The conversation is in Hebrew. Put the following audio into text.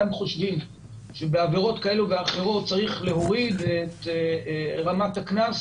אתם חושבים שבעבירות כאלה ואחרות צריך להוריד את רמת הקנס,